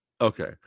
Okay